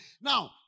Now